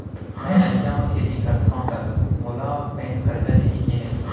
मैं अधिया म खेती करथंव त मोला बैंक करजा दिही के नही?